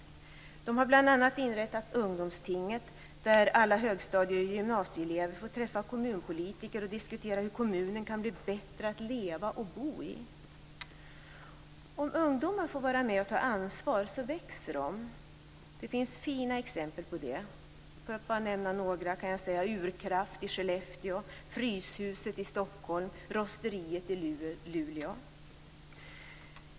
Man har bl.a. inrättat ett ungdomsting där alla högstadie och gymnasieelever får träffa kommunpolitiker och diskutera hur kommunen kan bli bättre att leva och bo i. Om ungdomar får vara med och ta ansvar växer de. Det finns fina exempel på det. För att bara nämna några kan jag säga Urkraft i Skellefteå, Fryshuset i Stockholm och Rosteriet i Luleå.